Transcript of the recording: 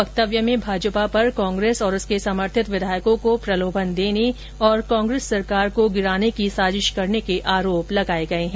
वक्तव्य में भाजपा पर कांग्रेस और उसके समर्थित विधायकों को प्रलोभन देने और कांग्रेस सरकार को गिराने की साजिश करने के आरोप लगाए गए हैं